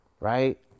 right